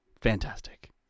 Fantastic